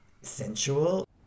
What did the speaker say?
sensual